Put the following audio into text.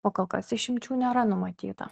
o kol kas išimčių nėra numatyta